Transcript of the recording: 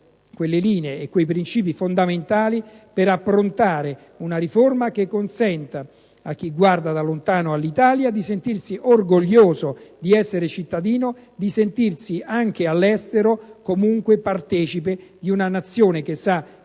quelle linee e quei principi fondamentali per approntare una riforma che consenta a chi guarda da lontano all'Italia di sentirsi orgoglioso di esserne cittadino, e di sentirsi, anche all'estero, comunque partecipe di una Nazione che sa